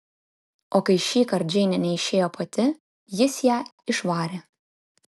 o kai šįkart džeinė neišėjo pati jis ją išvarė